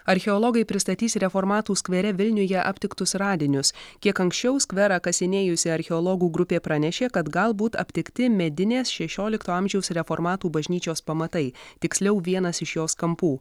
archeologai pristatys reformatų skvere vilniuje aptiktus radinius kiek anksčiau skverą kasinėjusi archeologų grupė pranešė kad galbūt aptikti medinės šešiolikto amžiaus reformatų bažnyčios pamatai tiksliau vienas iš jos kampų